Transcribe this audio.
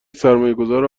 سرمایهگذار